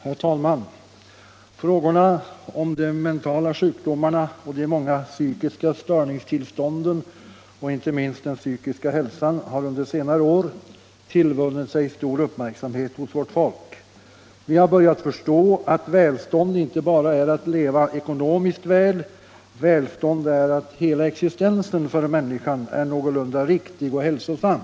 Herr talman! Frågorna om de mentala sjukdomarna, de många psykiska störningstillstånden och inte minst den psykiska hälsan har under senare år tillvunnit sig stor uppmärksamhet hos vårt folk. Vi har börjat förstå att välstånd inte bara är att leva ekonomiskt väl — välstånd är att hela existensen för människan är någorlunda riktig och hälsosam.